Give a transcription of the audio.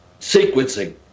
sequencing